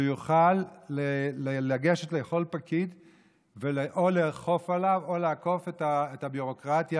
שהוא יוכל לגשת לכל פקיד ואו לאכוף עליו או לעקוף את הביורוקרטיה,